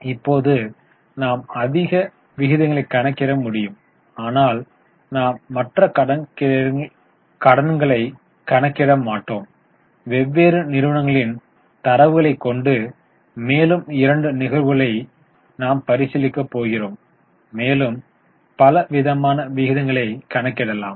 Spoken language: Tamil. இப்போது நாம் அதிக விகிதங்களைக் கணக்கிட முடியும் ஆனால் நாம் மற்ற கடன்களை கணக்கிட மாட்டோம் வெவ்வேறு நிறுவனங்களின் தரவுகளை கொண்டு மேலும் இரண்டு நிகழ்வுகளை நாம் பரிசீலிக்கப் போகிறோம் மேலும் பலவிதமான விகிதங்களைக் கணக்கிடலாம்